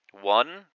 one